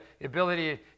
ability